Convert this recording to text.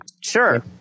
Sure